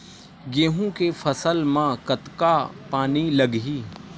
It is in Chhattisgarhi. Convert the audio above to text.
गेहूं के फसल म कतका पानी लगही?